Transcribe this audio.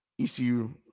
ECU